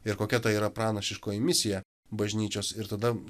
ir kokia ta yra pranašiškoji misija bažnyčios ir tada